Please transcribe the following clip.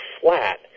flat